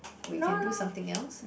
we can do something else